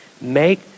make